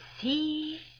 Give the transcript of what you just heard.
see